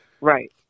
Right